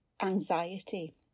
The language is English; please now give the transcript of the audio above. anxiety